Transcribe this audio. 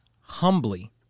humbly